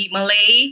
Malay